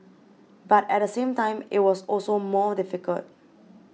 but at the same time it was also more difficult